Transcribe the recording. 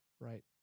Right